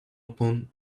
upon